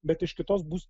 bet iš kitos bus